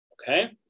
Okay